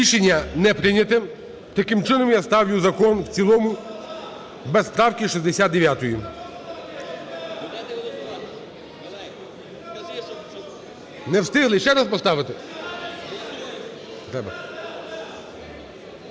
Рішення не прийнято. Таким чином, я ставлю закон в цілому без правки 69. Не встигли? Ще раз поставити? Отже,